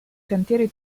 cantieri